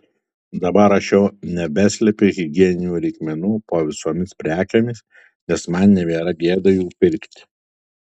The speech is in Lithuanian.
dabar aš jau nebeslepiu higieninių reikmenų po visomis prekėmis nes man nebėra gėda jų pirkti